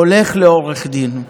הולך לעורך דין.